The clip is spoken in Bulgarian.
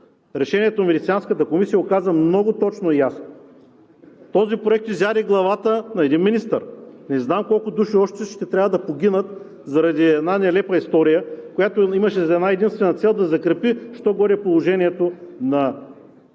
Решението на Венецианската комисия го каза много точно и ясно. Този проект изяде главата на един министър. Не знам колко души още ще трябва да погинат заради една нелепа история, която имаше една-единствена цел да закрепи що-годе положението на